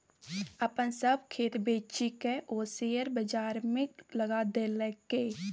अपन सभ खेत बेचिकए ओ शेयर बजारमे लगा देलकै